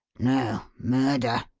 no murder.